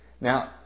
Now